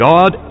God